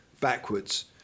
backwards